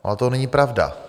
Ale to není pravda.